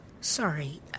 Sorry